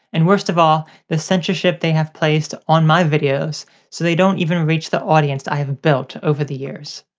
and worse of all, the censorship they have placed on my videos so they don't even reach the audience i have built over the years.